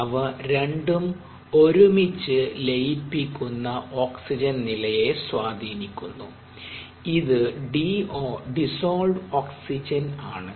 ഇവ രണ്ടും ഒരുമിച്ച് ലയിപ്പിക്കുന്ന ഓക്സിജൻ നിലയെ സ്വാദീനിക്കുന്നു ഇത് DO ആണ്